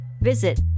visit